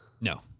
No